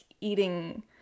eating